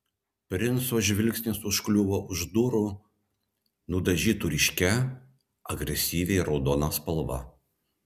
princo žvilgsnis užkliuvo už durų nudažytų ryškia agresyvia raudona spalva